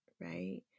right